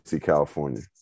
California